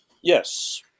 Yes